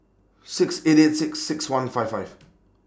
six eight eight six six one five five